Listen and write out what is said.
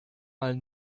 mal